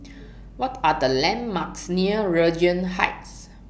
What Are The landmarks near Regent Heights